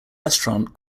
restaurant